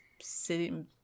sitting